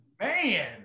Man